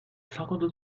cinquante